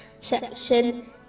section